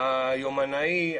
היומנאי,